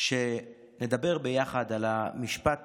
אני רוצה שנדבר ביחד על המשפט